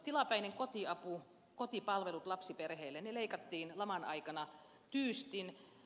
tilapäinen kotiapu kotipalvelut lapsiperheille leikattiin laman aikana tyystin